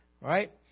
Right